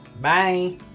Bye